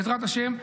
בעזרת השם,